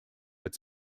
its